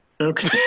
Okay